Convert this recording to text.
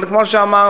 אבל כמו שאמרנו: